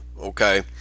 okay